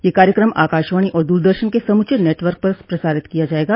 यह कार्यक्रम आकाशवाणी और दूरदर्शन के समूचे नेटवर्क पर प्रसारित किया जायेगा